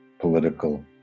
political